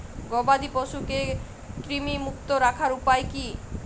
গবাদি পশুকে কৃমিমুক্ত রাখার উপায় কী?